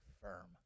firm